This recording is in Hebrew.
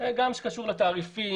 החלטות שקשורות לתעריפים,